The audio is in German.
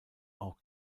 auch